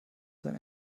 sein